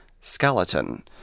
skeleton